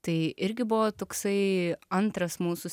tai irgi buvo toksai antras mūsų